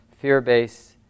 fear-based